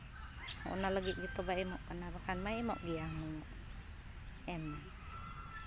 ᱚᱱᱟ ᱞᱟᱹᱜᱤᱫ ᱜᱮᱛᱚ ᱵᱟᱭ ᱮᱢᱚᱜ ᱠᱟᱱᱟ ᱵᱟᱠᱷᱟᱱ ᱢᱟᱭ ᱮᱢᱚᱜ ᱜᱮᱭᱟ ᱦᱩᱱᱟᱹᱝ ᱮᱢ ᱫᱚ